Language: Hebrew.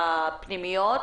הפנימיות